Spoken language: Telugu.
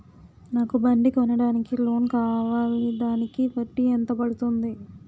నాకు బండి కొనడానికి లోన్ కావాలిదానికి వడ్డీ ఎంత పడుతుంది?